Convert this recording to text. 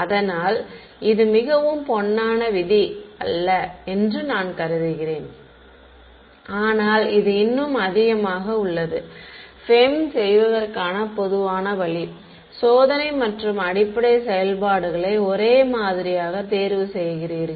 அதனால் இது மிகவும் பொன்னான விதி அல்ல என்று நான் கருதுகிறேன் ஆனால் இது இன்னும் அதிகமாக உள்ளது FEM செய்வதற்கான பொதுவான வழி சோதனை மற்றும் அடிப்படை செயல்பாடுகளை ஒரே மாதிரியாக தேர்வு செய்கிறீர்கள்